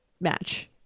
match